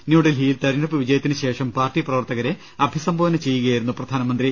ന്യൂഡൽഹിയിൽ തെരഞ്ഞെടുപ്പ് വിജയത്തിനുശേഷം പാർട്ടി പ്രവർത്തകരെ അഭി സംബോധന ചെയ്യുകയായിരുന്നു പ്രധാനമന്ത്രി